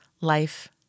life